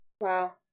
Wow